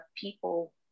people